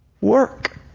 work